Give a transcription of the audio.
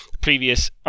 previous